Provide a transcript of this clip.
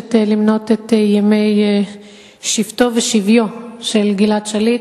מבקשת למנות את ימי שבתו, שביו של גלעד שליט.